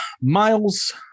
miles